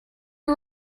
who